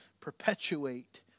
perpetuate